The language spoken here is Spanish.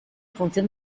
función